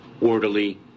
orderly